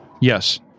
Yes